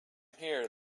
here